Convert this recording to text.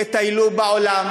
תטיילו בעולם.